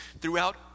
throughout